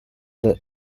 the